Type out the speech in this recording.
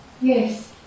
Yes